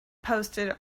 posted